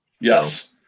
Yes